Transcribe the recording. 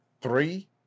Three